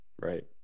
right